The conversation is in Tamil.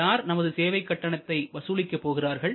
யார் நமது சேவை கட்டணத்தை வசூலிக்க போகிறார்கள்